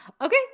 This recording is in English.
Okay